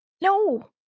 No